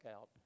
out